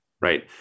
right